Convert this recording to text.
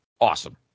awesome